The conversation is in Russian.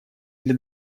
для